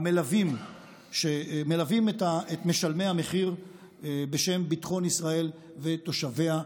המלווים שמלווים את משלמי המחיר בשם ביטחון ישראל ותושביה.